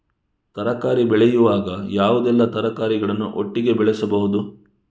ತರಕಾರಿ ಬೆಳೆಯುವಾಗ ಯಾವುದೆಲ್ಲ ತರಕಾರಿಗಳನ್ನು ಒಟ್ಟಿಗೆ ಬೆಳೆಸಬಹುದು?